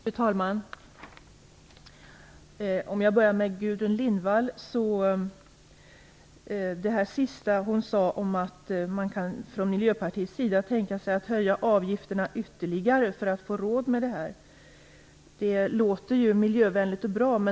Fru talman! Låt mig börja med det Gudrun Lindvall sade. Det sista hon sade om att Miljöpartiet kan tänka sig att höja avgifterna ytterligare för att få råd med detta låter ju miljövänligt och bra.